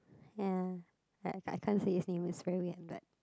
ya but I can't say his name it is very weird but